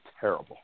terrible